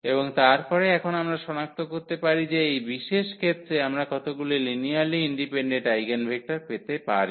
এবং তারপরে এখন আমরা সনাক্ত করতে পারি যে এই বিশেষ ক্ষেত্রে আমরা কতগুলি লিনিয়ারলি ইন্ডিপেন্ডেন্ট আইগেনভেক্টর পেতে পারি